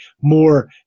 more